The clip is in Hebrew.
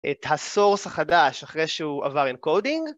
את הסורס החדש אחרי שהוא עבר אינקודינג.